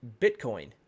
Bitcoin